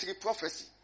prophecy